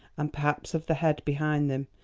and perhaps of the head behind them,